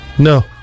No